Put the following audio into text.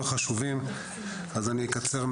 בישראל, בבקשה.